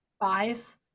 buys